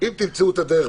-- אם תמצאו את הדרך.